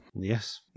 Yes